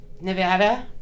Nevada